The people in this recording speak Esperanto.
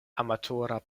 amatora